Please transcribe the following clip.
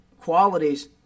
qualities